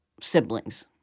siblings